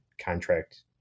contract